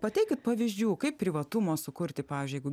pateikt pavyzdžių kaip privatumo sukurti pavyzdžiui jeigu